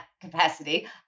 capacity